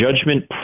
judgment